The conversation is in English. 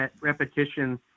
repetition